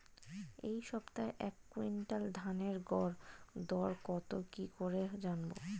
এই সপ্তাহের এক কুইন্টাল ধানের গর দর কত কি করে জানবো?